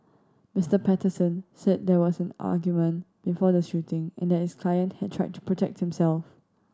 Mister Patterson said there was an argument before the shooting and that his client had tried to protect himself